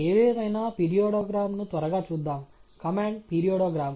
ఏదేమైనా పెరియాడోగ్రామ్ ను త్వరగా చూద్దాం కమాండ్ పెరియాడోగ్రామ్